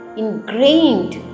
ingrained